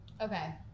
Okay